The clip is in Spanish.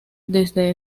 desde